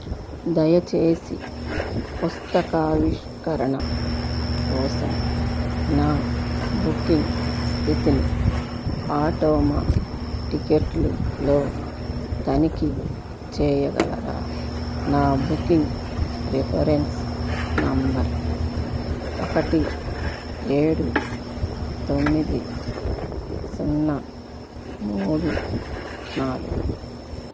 దయచేసి పుస్తక ఆవిష్కరణ కోసం నా బుకింగ్ స్థితిని ఆటోమ టిక్కెట్లు లో తనిఖీ చేయగలరా నా బుకింగ్ రిఫరెన్స్ నంబర్ ఒకటి ఏడు తొమ్మిది సున్నా మూడు నాలుగు